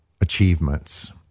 achievements